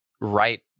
right